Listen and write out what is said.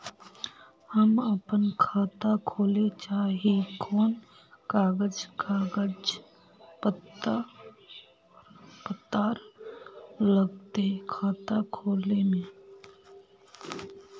हम अपन खाता खोले चाहे ही कोन कागज कागज पत्तार लगते खाता खोले में?